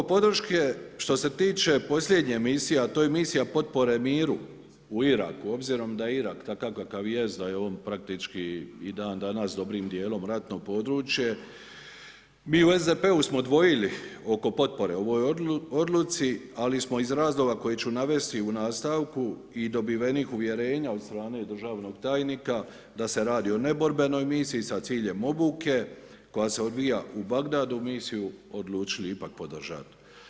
Oko podrške, što se tiče posljednje misije, a to je misija potpore miru u Iraku, obzirom da je Irak takav kakav jest, da je on praktički i dan danas dobrim dijelom ratno područje, mi u SDP-u smo dvojili oko potpore ovoj odluci ali smo iz razloga koji ću navesti u nastavku i dobivenih uvjerenja od strane državnog tajnika da se radi o neborbenoj misiji sa ciljem obuke koja se odvija u Bagdadu, misiju odlučili ipak podržat.